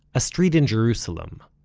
a street in jerusalem.